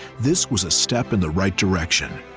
this was a step in the right direction,